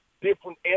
different